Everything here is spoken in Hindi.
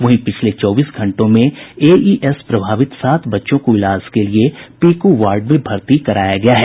वहीं पिछले चौबीस घंटों में एईएस प्रभावित सात बच्चों को इलाज के लिए पीकु वार्ड में भर्ती कराया गया है